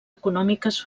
econòmiques